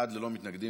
סעיפים 1 2 נתקבלו.